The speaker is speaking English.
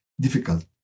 difficult